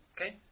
Okay